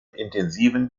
intensiven